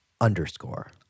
underscore